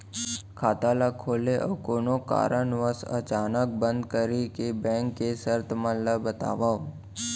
खाता ला खोले अऊ कोनो कारनवश अचानक बंद करे के, बैंक के शर्त मन ला बतावव